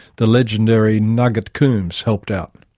the legendary nugget coombs helped out.